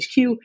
HQ